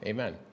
Amen